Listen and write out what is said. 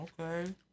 Okay